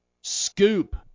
Scoop